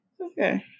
Okay